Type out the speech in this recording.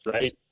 right